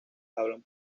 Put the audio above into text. hablan